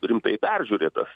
rimtai peržiūrėtas